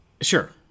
Sure